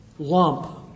Lump